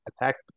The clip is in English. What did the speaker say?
attacks